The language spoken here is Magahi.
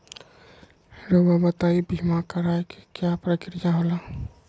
रहुआ बताइं बीमा कराए के क्या प्रक्रिया होला?